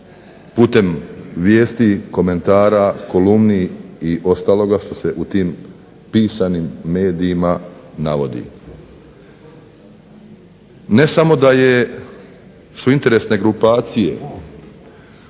putem vijesti, komentara, kolumni i ostaloga što se u tim pisanim medijima navodi. Ne samo da je su interesne grupacije